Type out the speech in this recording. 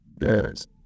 Yes